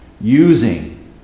using